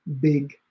big